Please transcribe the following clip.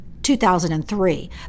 2003